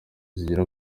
zigera